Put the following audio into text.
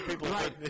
Right